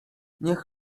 niech